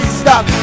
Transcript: stop